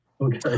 Okay